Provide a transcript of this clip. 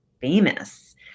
famous